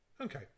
okay